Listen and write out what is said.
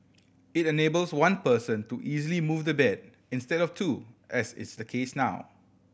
it enables one person to easily move the bed instead of two as is the case now